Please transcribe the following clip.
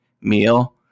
meal